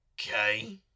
Okay